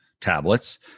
tablets